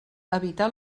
evitar